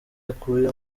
akuye